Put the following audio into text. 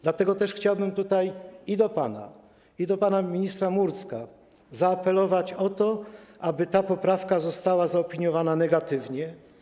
Dlatego też chciałbym tutaj i do pana, i do pana ministra Murdzka zaapelować o to, aby ta poprawka została zaopiniowana negatywnie.